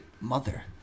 Mother